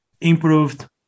improved